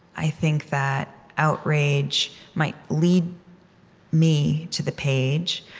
i think that outrage might lead me to the page,